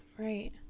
Right